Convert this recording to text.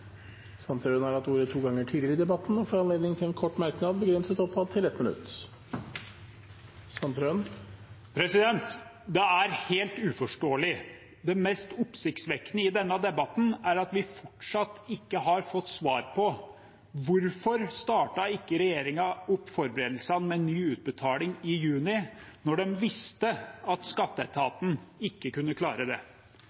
Sandtrøen har hatt ordet to ganger tidligere og får ordet til en kort merknad, begrenset til 1 minutt. Det er helt uforståelig. Det mest oppsiktsvekkende i denne debatten er at vi fortsatt ikke har fått svar på hvorfor regjeringen ikke startet opp forberedelsene til en ny utbetaling i juni, når de visste at